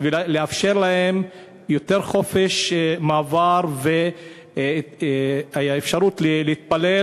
ולאפשר להם יותר חופש מעבר ואפשרות להתפלל,